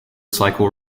cycle